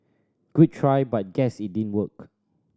good try but guess it didn't work